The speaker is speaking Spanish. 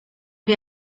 que